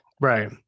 Right